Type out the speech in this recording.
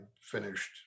finished